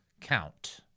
count